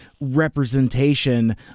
representation